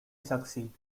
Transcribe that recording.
succeed